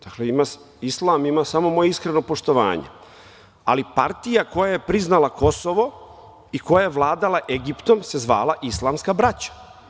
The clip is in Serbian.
Dakle, Islam ima samo moje iskreno poštovanje, ali partija koja je priznala Kosovo i koja je vladala Egiptom se zvala Islamska braća.